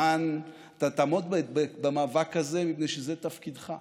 אתה תעמוד במאבק הזה מפני שזה תפקידך.